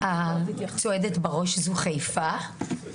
הצועדת בראש זאת חיפה.